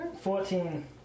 Fourteen